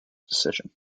decision